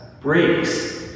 breaks